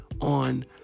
on